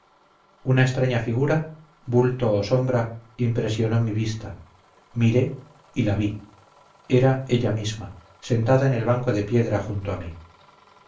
una extraña figura bulto o sombra impresionó mi vista miré y la vi era ella misma sentada en el banco de piedra junto a mí